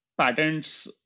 patents